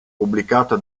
pubblicato